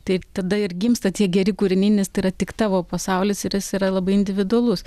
tai tada ir gimsta tie geri kūriniai nes tai yra tik tavo pasaulis ir jis yra labai individualus